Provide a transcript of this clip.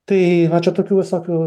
tai va čia tokių visokių